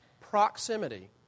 proximity